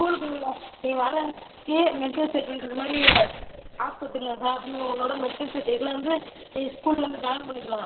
ஸ்கூலுக்கு நீ வா நீ வர அன்னைக்கு மெடிக்கல் சர்ட்டிவிகேட்டு இது மாதிரி ஆஸ்பத்திரியில் உன்னோட மெடிக்கல் சர்ட்டிவிகேட்டில் வந்து நீ ஸ்கூலில் வந்து ஜாயின் பண்ணிக்கலாம்